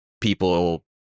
people